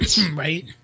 Right